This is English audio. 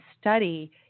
study